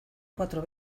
cuatro